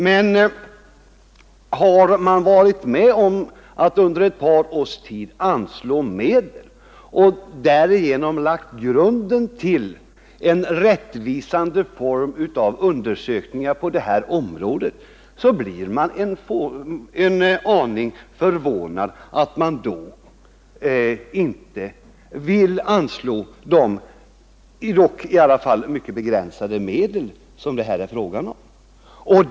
Men har man varit med om att under ett par års tid anslå medel och därigenom lägga grunden till en rättvisande form av undersökningar på detta område, blir jag en aning förvånad över att man inte vill anslå de i alla fall mycket begränsade medel som det här är fråga om.